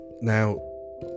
Now